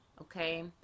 okay